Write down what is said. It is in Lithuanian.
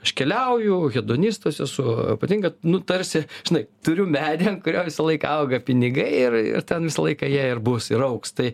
aš keliauju hedonistas esu patinka nu tarsi žinai turiu medį ant kurio visą laiką auga pinigai ir ir ten visą laiką jie ir bus ir augs tai